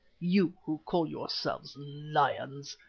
you who call yourselves lions,